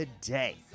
today